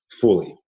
fully